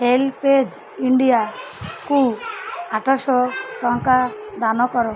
HelpAge ଇଣ୍ଡିଆକୁ ଆଠ ଶହ ଟଙ୍କା ଦାନ କର